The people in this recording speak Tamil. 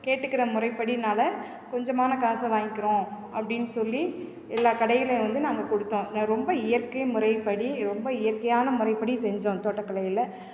கேட்டுக்கிற முறைப்படினால் கொஞ்சமான காசை வாங்கிக்கிறோம் அப்படின்னு சொல்லி எல்லா கடையிலும் வந்து நாங்கள் கொடுத்தோம் ரொம்ப இயற்கை முறைப்படி ரொம்ப இயற்கையான முறைப்படி செஞ்சோம் தோட்டக்கலையில்